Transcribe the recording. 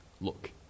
look